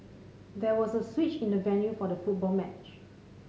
there was a switch in the venue for the football match